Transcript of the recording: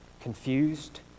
confused